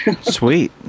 Sweet